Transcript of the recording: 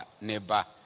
neighbor